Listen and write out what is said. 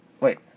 Wait